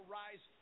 rise